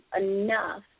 enough